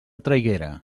traiguera